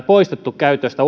poistettu käytöstä